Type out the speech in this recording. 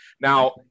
Now